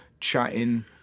chatting